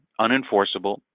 unenforceable